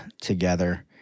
together